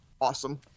Awesome